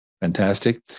Fantastic